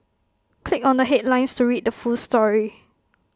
click on the headlines to read the full story